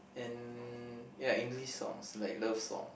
and ya English songs like love songs